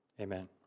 Amen